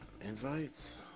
Invites